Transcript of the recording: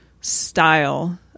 style